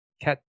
cat